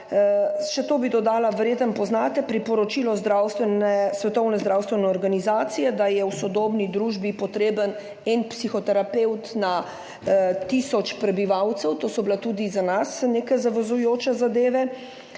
Še to bi dodala. Verjetno poznate priporočilo Svetovne zdravstvene organizacije, da je v sodobni družbi potreben en psihoterapevt na tisoč prebivalcev, to so bile tudi za nas neke zavezujoče zadeve,